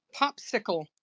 popsicle